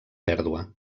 pèrdua